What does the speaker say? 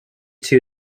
two